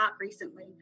recently